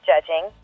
judging